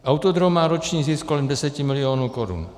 Autodrom má roční zisk kolem 10 milionů korun.